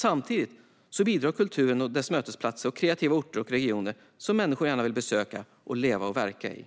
Samtidigt bidrar kulturen och dess mötesplatser till kreativa orter och regioner som människor gärna vill besöka, leva och verka i.